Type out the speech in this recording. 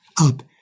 up